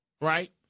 Right